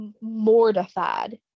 mortified